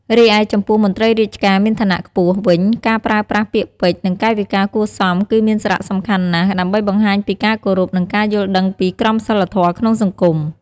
រីឯចំពោះ មន្ត្រីរាជការមានឋានៈខ្ពស់ វិញ ការប្រើប្រាស់ពាក្យពេចន៍ និងកាយវិការគួរសម គឺមានសារៈសំខាន់ណាស់ ដើម្បីបង្ហាញពីការគោរព និងការយល់ដឹងពីក្រមសីលធម៌ក្នុងសង្គម។